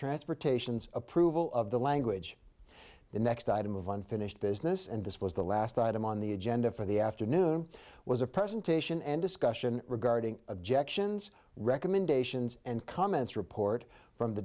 transportation's approval of the language the next item of unfinished business and this was the last item on the agenda for the afternoon was a presentation and discussion regarding objections recommendations and comments report from the